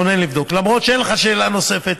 למרות שאין לך שאלה נוספת.